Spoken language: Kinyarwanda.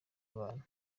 abantu